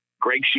Greg